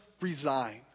resign